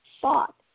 thought